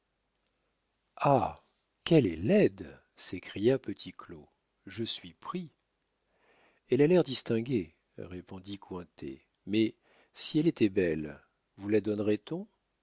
qu'elle est laide s'écria petit claud je suis pris elle a l'air distingué répondit cointet mais si elle était belle vous la donnerait-on